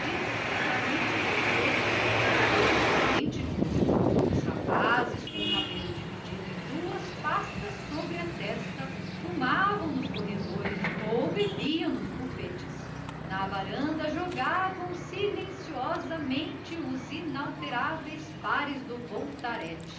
espichavam discretamente o pescoço para ver o presidente novo os rapazes com o cabelo dividido em duas pastas sobre a testa fumavam nos corredores ou bebiam nos bufetes na varanda jogavam em silêncio os inalteráveis pares do voltarete